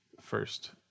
first